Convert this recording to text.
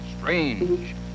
Strange